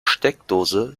steckdose